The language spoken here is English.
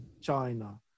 China